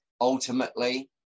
Ultimately